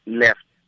left